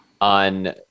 on